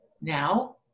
Now